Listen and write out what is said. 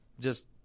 just-